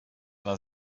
war